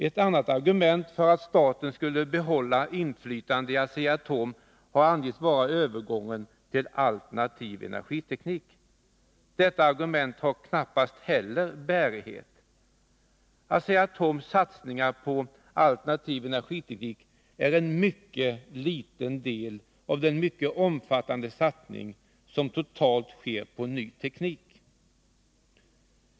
Ett annat argument för att staten skulle behålla inflytandet i Asea-Atom har angetts vara övergången till alternativ energiteknik. Detta argument har knappast heller bärighet. Asea-Atoms satsningar på alternativ energiteknik är en mycket liten del av den mycket omfattande satsning som sker totalt på nyteknik.